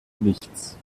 nichts